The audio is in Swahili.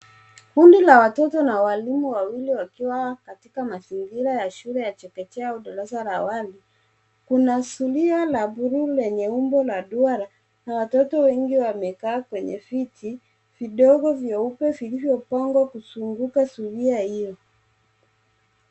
Kundi la watoto na walimu wawili wakiwa katika mazingira ya shule ya chekechea au darasa la awali. Kuna zulia la bluu lenye umbo la mduara na watoto wengi wamekaa kwenye viti vidogo vyeupe vilivyopangwa kuzunguka zulia hio.